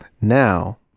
Now